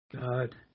God